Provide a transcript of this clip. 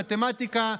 במתמטיקה.